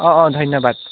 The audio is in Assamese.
অঁ অঁ ধন্যবাদ